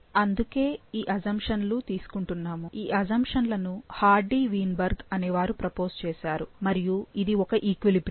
అందుకే ఈ అసంషన్లు తీసుకుంటున్నాము ఈ అసంషన్లను హార్డీ వీన్బర్గ్ అనే వారు ప్రపోజ్ చేశారు మరియు ఇది ఒక ఈక్విలిబ్రియమ్